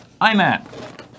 IMAT